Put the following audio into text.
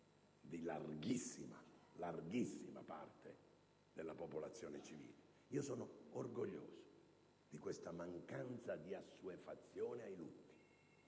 di larghissima parte della popolazione civile - abbiamo scelto. Sono orgoglioso di questa mancanza di assuefazione ai lutti: